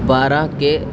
براہ